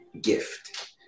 gift